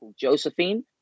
Josephine